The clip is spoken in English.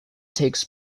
takes